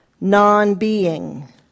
non-being